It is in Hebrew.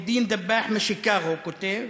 מוחיי א-דין דבאג' משיקגו כותב: